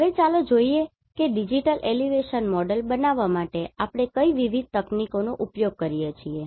હવે ચાલો જોઈએ કે ડિજિટલ એલિવેશન મોડેલ બનાવવા માટે આપણે કઈ વિવિધ તકનીકોનો ઉપયોગ કરીએ છીએ